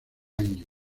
año